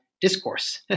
discourse